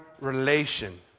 relation